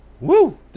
Woo